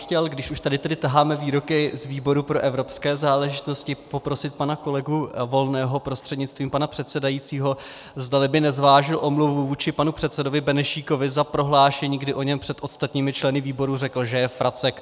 Chtěl bych, když už tady tedy taháme výroky z výboru pro evropské záležitosti, poprosit pana kolegu Volného prostřednictvím pana předsedajícího, zda by nezvážil omluvu vůči panu předsedovi Benešíkovi za prohlášení, kdy o něm před ostatními členy výboru řekl, že je fracek.